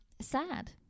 Sad